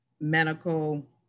medical